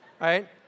right